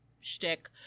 shtick